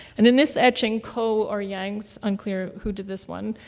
and in this etching, ko or yang. it's unclear who did this one.